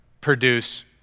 produce